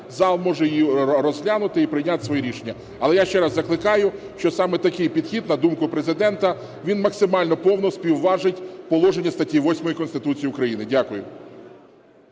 зал може її розглянути і прийняти своє рішення. Але я ще раз закликаю, що саме такий підхід, на думку Президента, він максимально повно співважить положення статті 8 Конституції України. Дякую.